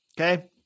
Okay